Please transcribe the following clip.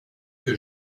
que